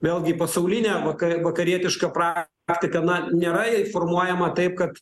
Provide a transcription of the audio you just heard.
vėlgi į pasaulinę vaka vakarietišką praktiką na nėra ji formuojama taip kad